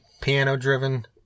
piano-driven